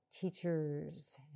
teachers